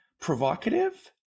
provocative